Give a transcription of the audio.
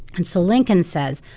and so lincoln says,